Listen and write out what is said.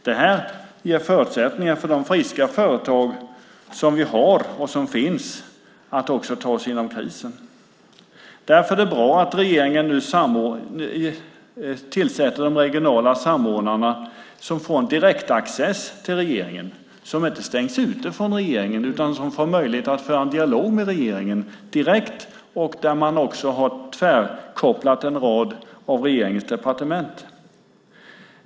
Det ger förutsättningar för de friska företag som finns att ta sig genom krisen. Därför är det bra att regeringen nu tillsätter de regionala samordnarna som får en direktaccess till regeringen. De stängs inte ute från regeringen utan får möjlighet att föra en dialog med regeringen direkt. Man har också tvärkopplat en rad av regeringens departement.